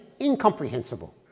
incomprehensible